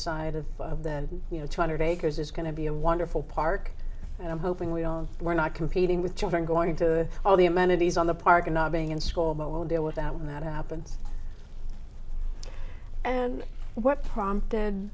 side of that you know two hundred acres is going to be a wonderful park and i'm hoping we don't we're not competing with children going to all the amenities on the park and not being in school but we'll deal with that when that happens and what prompted